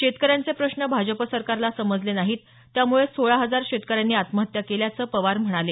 शेतकऱ्यांचे प्रश्न भाजप सरकारला समजले नाहीत त्यामुळेच सोळा हजार शेतकऱ्यांनी आत्महत्या केल्याचं पवार म्हणाले